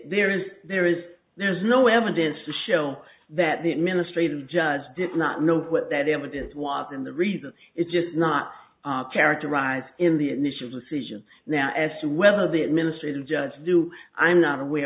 there is there is there is no evidence to show that the administrative judge did not know what that evidence was in the reason it's just not characterized in the initial decision now as to whether the administrative judge do i'm not aware